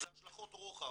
אלה השלכות רוחב.